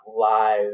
live